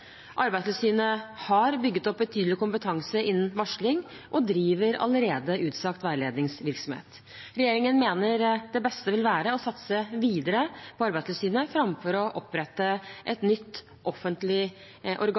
Arbeidstilsynet har bygget opp betydelig kompetanse innen varsling og driver allerede utstrakt veiledningsvirksomhet. Regjeringen mener det beste vil være å satse videre på Arbeidstilsynet framfor å opprette et nytt offentlig organ.